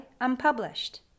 Unpublished